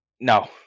No